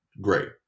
great